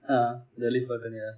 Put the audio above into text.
ya the lift button ya